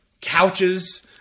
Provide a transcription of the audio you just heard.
couches